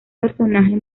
personaje